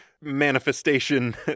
manifestation